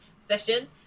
session